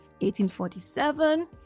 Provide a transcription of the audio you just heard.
1847